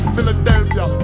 Philadelphia